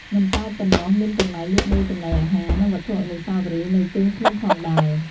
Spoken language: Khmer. មិនតែប៉ុណ្ណោះ មានកន្លែងលក់ដូរចំណីអាហារ និងវត្ថុអនុស្សាវរីយ៍នៅជើងភ្នំផងដែរ។